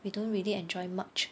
we don't really enjoy much